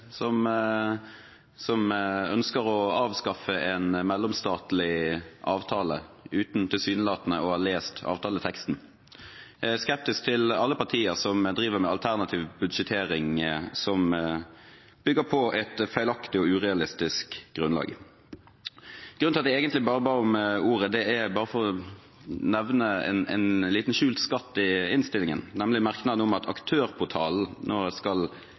som driver med alternativ budsjettering som bygger på et feilaktig og urealistisk grunnlag. Jeg ba egentlig bare om ordet for å nevne en liten skjult skatt i innstillingen, nemlig merknaden om at Aktørportalen nå skal